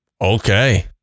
Okay